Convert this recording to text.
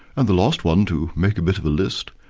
and the last one, to make a bit of a list,